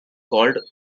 called